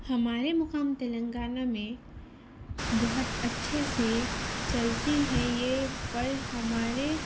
ہمارے مقام تلنگانہ میں بہت اچھے سے چلتی ہیں یہ پر ہمارے